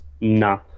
nah